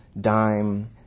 dime